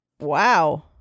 Wow